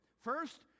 First